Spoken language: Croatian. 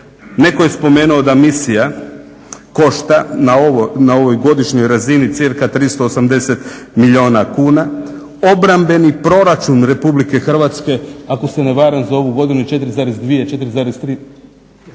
Netko je spominjao da misija košta na ovoj godišnjoj razini cca 380 milijuna kuna. Obrambeni proračun RH ako se ne varam za ovu godinu 4,2, 4,7